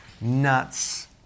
nuts